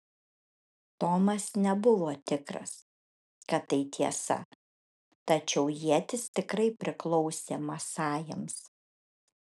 tomas nebuvo tikras kad tai tiesa tačiau ietis tikrai priklausė masajams